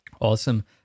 Awesome